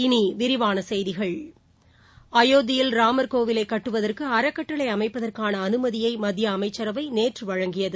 இனி விரிவான செய்திகள் அயோத்தியில் ராமர் கோவிலைக் கட்டுவதற்கு அறக்கட்டளை அமைப்பதற்கான அனுமதியை மத்திய அமைச்சரவை நேற்று வழங்கியது